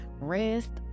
rest